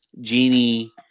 genie